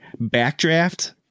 Backdraft